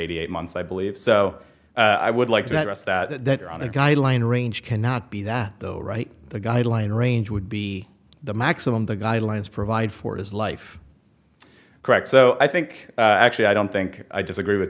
eighty eight months i believe so i would like to address that that are on the guideline range cannot be that though right the guideline range would be the maximum the guidelines provide for his life correct so i think actually i don't think i disagree with